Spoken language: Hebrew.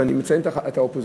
ואני מציין את האופוזיציה,